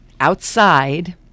outside